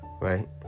right